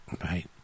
Right